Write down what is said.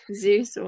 Zeus